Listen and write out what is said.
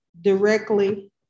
directly